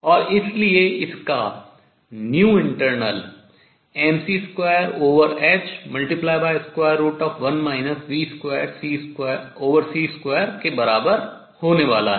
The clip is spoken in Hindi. और इसलिए इसका internal mc2h1 v2c2 के बराबर होने वाला है